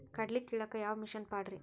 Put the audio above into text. ಕಡ್ಲಿ ಕೇಳಾಕ ಯಾವ ಮಿಷನ್ ಪಾಡ್ರಿ?